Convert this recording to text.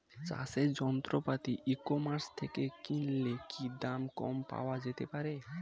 চাষের যন্ত্রপাতি e commerce থেকে কিনলে কি দাম কম পাওয়া যেতে পারে?